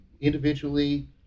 individually